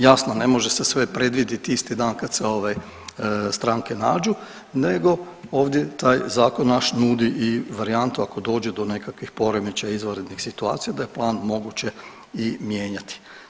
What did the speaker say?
Jasno, ne može se sve predvidjet isti dan kad se ove stranke nađu nego ovdje taj zakon naš nudi i varijantu ako dođe do nekakvih poremećaja izvanrednih situacija da je plan moguće i mijenjati.